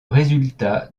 résultat